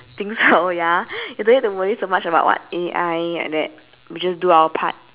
think so ya you don't need to worry so much about what A_I like that we just do our part